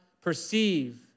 perceive